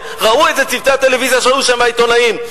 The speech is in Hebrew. וראו את זה צוותי הטלוויזיה שהיו שם והעיתונאים.